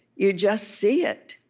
you just see it.